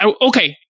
Okay